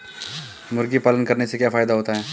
मुर्गी पालन करने से क्या फायदा होता है?